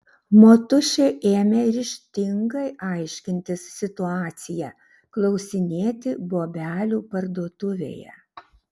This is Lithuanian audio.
motušė ėmė ryžtingai aiškintis situaciją klausinėti bobelių parduotuvėje